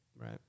right